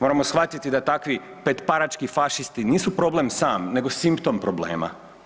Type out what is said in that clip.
Moramo shvatiti da takvi petparački fašisti nisu problem sam, nego simptom problema.